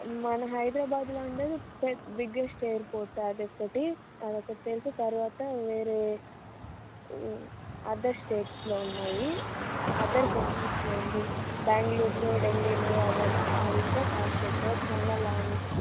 మన హైదరాబాద్లో ఉండేది పె బిగ్గెస్ట్ ఎయిర్పోర్ట్ అదొక్కటి అది ఒకటి తెలుసు తర్వాత వేరే అదర్ స్టేట్స్లో ఉన్నాయి అదర్ కంట్రీస్లో ఉంది బెంగళూరులో ఢిల్లీలో అది ఇంకా కోస్ట్ ఎక్కువ చాలా లాంగ్